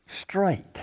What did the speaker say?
straight